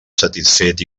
satisfet